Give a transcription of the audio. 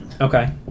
Okay